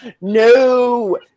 no